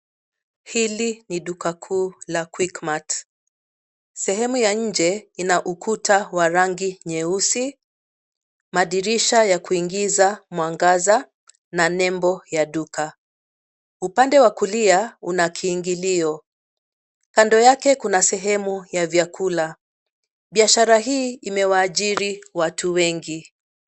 Hili ni duka kuu la QuickMart . Sehemu ya nje ina ukuta wa rangi nyeusi, madirisha ya kuingiza mwangaza na nembo ya duka. Upande wa kulia una kiingilio. Kando yake kuna sehemu ya vyakula. Biashara hii imewaajiri watu wengi.